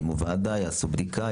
יקימו ועדה ויעשו בדיקה,